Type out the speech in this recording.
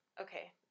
Okay